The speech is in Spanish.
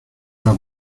las